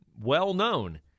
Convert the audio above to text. well-known